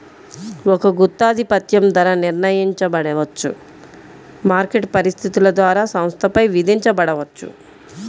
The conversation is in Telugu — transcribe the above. ఒక గుత్తాధిపత్యం ధర నిర్ణయించబడవచ్చు, మార్కెట్ పరిస్థితుల ద్వారా సంస్థపై విధించబడవచ్చు